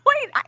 Wait